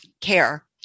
care